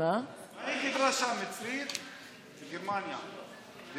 היא דיברה שם, בגרמניה, מצרית?